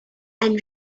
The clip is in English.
and